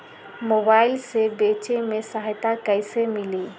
Mobile से बेचे में सहायता कईसे मिली?